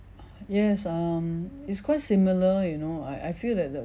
yes um it's quite similar you know I I feel that the